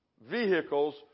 vehicles